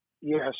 Yes